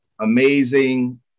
amazing